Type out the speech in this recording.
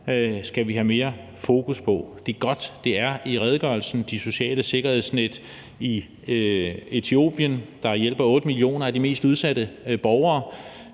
skal vi have mere fokus på, og det er godt, det står i redegørelsen. Det sociale sikkerhedsnet i Etiopien hjælper 8 millioner af de mest udsatte borgere,